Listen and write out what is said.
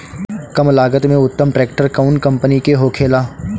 कम लागत में उत्तम ट्रैक्टर कउन कम्पनी के होखेला?